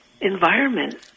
environment